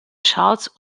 charles